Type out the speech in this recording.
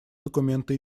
документы